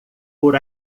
por